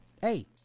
hey